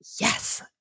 Yes